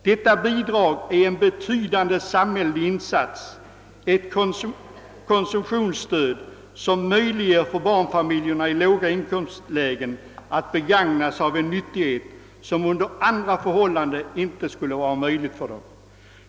Detta bidrag är en betydande samhällelig insats, ett konsumtionsstöd som möjliggör för barnfamiljer i låga inkomstlägen att begagna sig av en nyttighet, som under andra förhållanden inte skulle vara möjlig för dem.